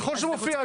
ככל שהוא מופיע,